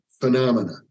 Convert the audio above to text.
phenomena